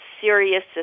serious